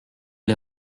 les